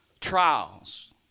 trials